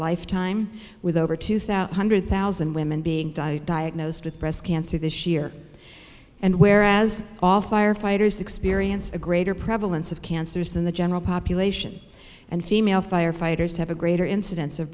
lifetime with over two thousand one hundred thousand women being diagnosed with breast cancer this year and where as all firefighters experience a greater prevalence of cancers than the general population and female firefighters have a greater incidence of